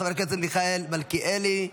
חבר הכנסת מיכאל מלכיאלי,